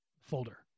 folder